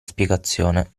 spiegazione